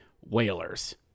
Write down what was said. Whalers